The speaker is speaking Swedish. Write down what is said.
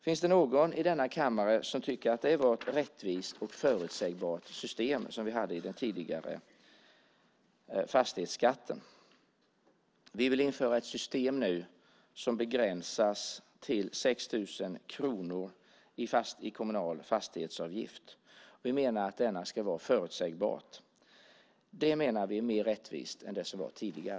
Finns det någon i denna kammare som tycker att det var ett rättvist och förutsägbart system som vi hade tidigare när det gällde fastighetsskatten? Vi vill nu införa ett system med en kommunal fastighetsavgift som begränsas till 6 000 kronor. Vi menar att denna ska vara förutsägbar och att det är mer rättvist än det som var tidigare.